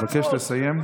אבקש לסיים.